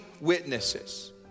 witnesses